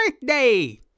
birthday